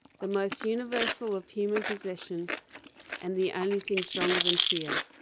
the most universal of human possession and the only thing stronger than fear.